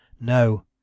no